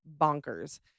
bonkers